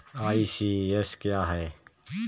ECS क्या है?